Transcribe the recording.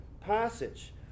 passage